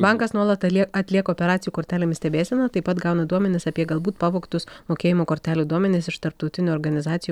bankas nuolat alie atlieka operacijų kortelėmis stebėseną taip pat gauna duomenis apie galbūt pavogtus mokėjimo kortelių duomenis iš tarptautinių organizacijų